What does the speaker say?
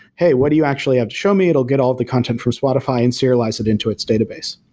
hey, what do you actually have to show me? it'll get all the content from spotify and serialize it into its database.